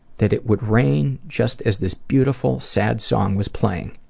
that it would rain just as this beautiful, sad song was playing.